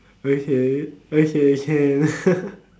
okay okay can